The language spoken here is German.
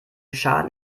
schaden